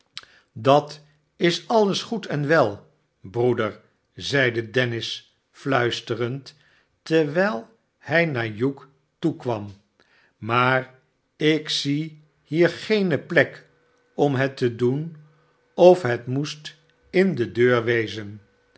dat is alles goed en wel broeder zeide dennis fluisterend terwijl hij naar hugh toekwam amaar ik zie hier geene plek om het te doen of het moest in de deur wezen